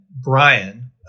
Brian